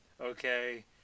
okay